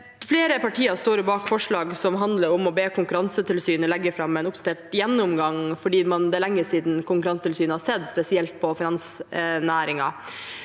Flere partier står bak forslaget som handler om å be Konkurransetilsynet legge fram en oppdatert gjennomgang fordi det er lenge siden Konkurransetilsynet har sett spesielt på finansnæringen.